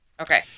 Okay